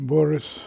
Boris